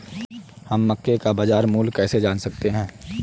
हम मक्के का बाजार मूल्य कैसे जान सकते हैं?